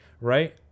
right